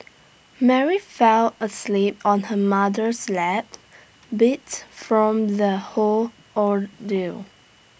Mary fell asleep on her mother's lap beat from the whole ordeal